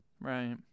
right